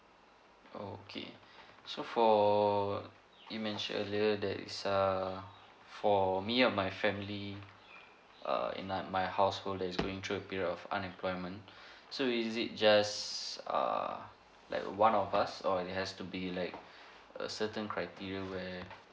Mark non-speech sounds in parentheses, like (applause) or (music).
oh okay so for you mentioned earlier there is err for me and my family err in like my household that is going through period of unemployment (breath) so is it just err like one of us or it has to be like a certain criteria where